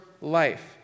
life